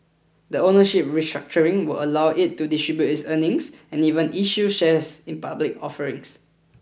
the ownership restructuring will allow it to distribute its earnings and even issue shares in public offerings